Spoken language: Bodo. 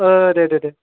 ओ दे दे दे